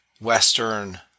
Western